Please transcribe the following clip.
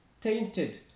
tainted